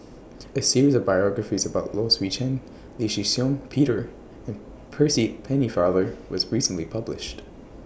A series of biographies about Low Swee Chen Lee Shih Shiong Peter and Percy Pennefather was recently published